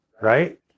Right